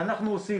אנחנו עושים.